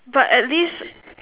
but at least